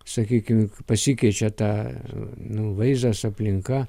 sakykim pasikeičia ta nu vaizdas aplinka